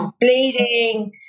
bleeding